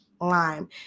lime